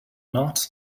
not